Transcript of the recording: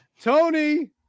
Tony